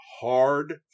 hard